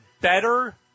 better